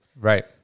Right